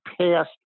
past